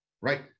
right